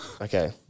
Okay